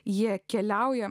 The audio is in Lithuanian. jie keliauja